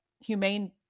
humane